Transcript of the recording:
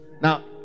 Now